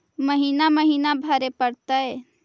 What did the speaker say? महिना महिना भरे परतैय?